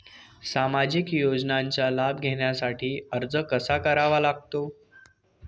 सामाजिक योजनांचा लाभ घेण्यासाठी अर्ज कसा करावा लागतो?